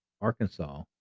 Arkansas